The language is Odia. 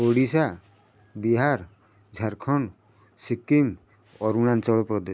ଓଡ଼ିଶା ବିହାର ଝାରଖଣ୍ଡ ସିକ୍କିମ୍ ଅରୁଣାଞ୍ଚଳ ପ୍ରଦେଶ